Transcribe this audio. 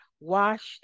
washed